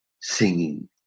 singing